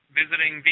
visiting